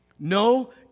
No